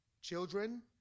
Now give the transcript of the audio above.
Children